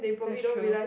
that's true